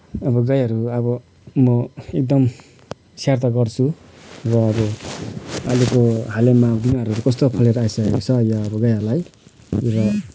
अब गाईहरू अब म एकदम स्याहार त गर्छु र अब अहिलेको हालैमा बिमारहरू कस्तो फैलिएर आइसकेको छ यो अब गाईहरूलाई